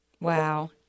Wow